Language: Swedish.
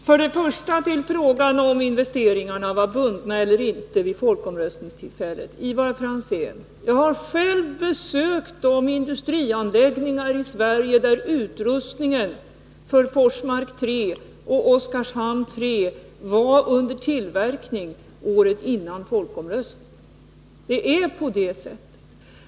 Herr talman! Jag tar först upp frågan om investeringarna var bundna eller inte vid folkomröstningstillfället. Ivar Franzén! Jag har själv besökt de industrianläggningar i Sverige där utrustningen för Forsmark 3 och Oskarshamn 3 var under tillverkning året före folkomröstningen. Det är på det sättet.